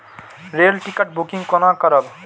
Rail ticket booking कोना करब?